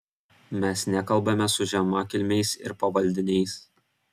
mes nekalbame su žemakilmiais ir pavaldiniais